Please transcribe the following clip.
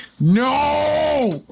No